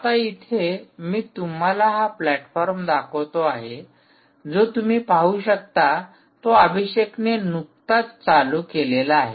आता इथे मी तुम्हाला हा प्लॅटफॉर्म दाखवतो आहे जो तुम्ही पाहू शकता तो अभिषेकने नुकताच चालू केलेला आहे